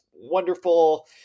wonderful